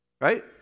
right